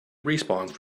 respawns